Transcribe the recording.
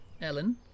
Ellen